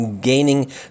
gaining